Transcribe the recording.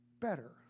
better